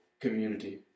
community